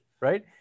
right